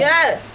Yes